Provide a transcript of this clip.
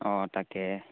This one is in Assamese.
অঁ তাকে